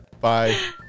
Bye